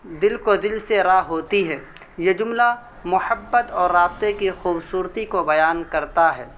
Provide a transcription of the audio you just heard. دل کو دل سے راہ ہوتی ہے یہ جملہ محبت اور رابطے کی خوبصورتی کو بیان کرتا ہے